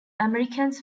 americans